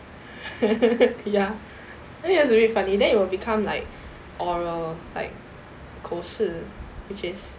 ya then it's really funny then it will become like oral like 口试 which is